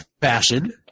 fashion –